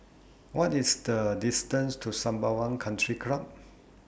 What IS The distance to Sembawang Country Club